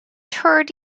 toured